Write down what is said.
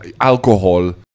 alcohol